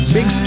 Big